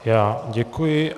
Já děkuji.